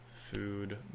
food